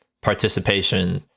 participation